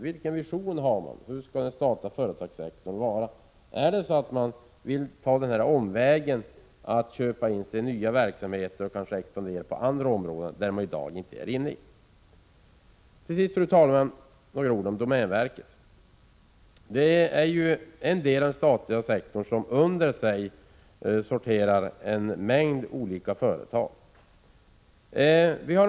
Vilken vision har man? Hur skall den statliga företagssektorn vara? Vill man ta omvägen att köpa in sig i nya verksamheter på områden som man i dag inte är inne i? Fru talman! Till sist vill jag säga några ord om domänverket. En mängd olika företag sorterar under domänverket.